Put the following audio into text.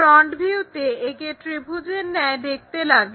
front ভিউতে একে ত্রিভুজের ন্যায় দেখতে লাগে